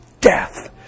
death